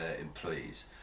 employees